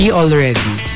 already